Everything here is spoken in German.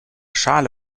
schale